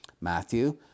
Matthew